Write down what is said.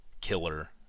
killer